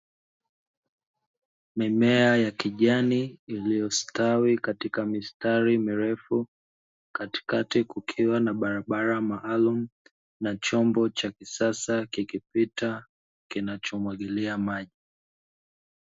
Mimea ya kijani iliyostawi katika mistari mirefu, katikati kukiwa na barabara maalumu, na chombo cha kisasa kikipita kinachomwagilia maji.